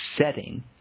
setting